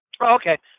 Okay